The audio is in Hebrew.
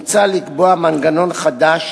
מוצע לקבוע מנגנון חדש